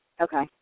Okay